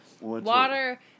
Water